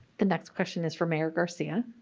the next question is for mayor garcia